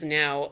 now